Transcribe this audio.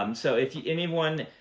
um so if anyone.